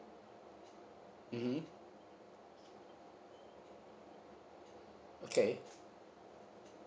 mmhmm okay